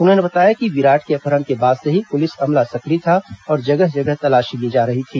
उन्होंने बताया कि विराट के अपहरण के बाद से ही पुलिस अमला सक्रिय था और जगह जगह तलाशी ली जा रही थी